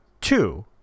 two